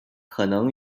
可能